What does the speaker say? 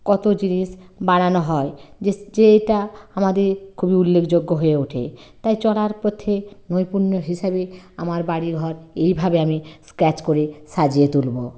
কত জিনিস বানানো হয় যেটা আমাদের খুবই উল্লেখযোগ্য হয়ে ওঠে তাই চলার পথে নৈপুণ্যের হিসাবে আমার বাড়ি ঘর এইভাবে আমি স্ক্রাচ করে সাজিয়ে তুলব